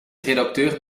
redacteur